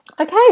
Okay